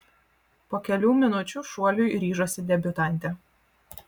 po kelių minučių šuoliui ryžosi debiutantė